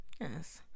yes